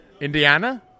Indiana